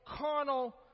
carnal